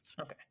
Okay